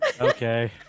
Okay